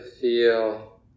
feel